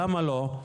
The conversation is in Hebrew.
למה לא?